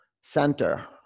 Center